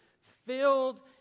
filled